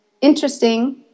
interesting